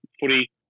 footy